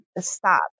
stop